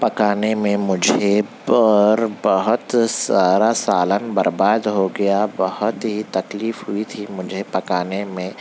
پکانے میں مجھے اور بہت سارا سالن برباد ہو گیا بہت ہی تکلیف ہوئی تھی مجھے پکانے میں